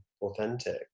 authentic